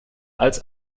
als